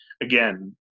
again